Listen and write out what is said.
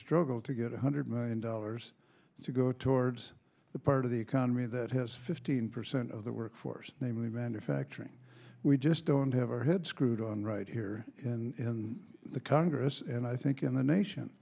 struggle to get one hundred million dollars to go towards the part of the economy that has fifteen percent of the workforce namely manufacturing we just don't have our head screwed on right here in the congress and i think in the nation